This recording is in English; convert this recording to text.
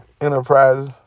Enterprises